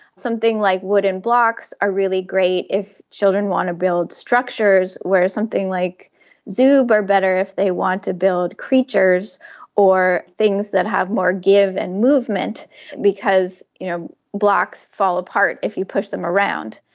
something like wooden blocks are really great if children want to build structures, where something like zoob are better if they want to build creatures or things that have more give and movement because you know blocks fall apart if you push them around.